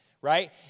right